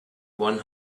one